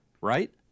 right